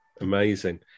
Amazing